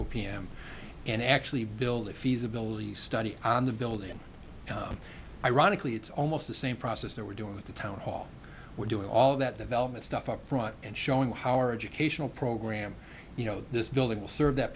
p m and actually build a feasibility study on the building ironically it's almost the same process that we're doing with the town hall we're doing all that development stuff upfront and showing how our educational program you know this building will serve that